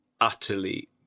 utterly